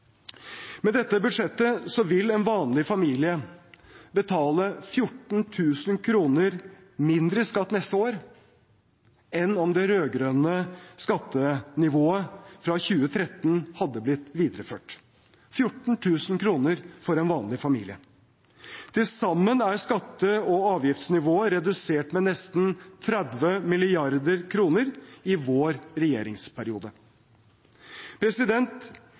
Med dette budsjettet vil en vanlig familie betale 14 000 kr mindre i skatt neste år enn om det rød-grønne skattenivået fra 2013 hadde blitt videreført – 14 000 kr for en vanlig familie. Til sammen er skatte- og avgiftsnivået redusert med nesten 30 mrd. kr i vår regjeringsperiode.